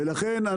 ולכן,